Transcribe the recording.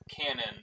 canon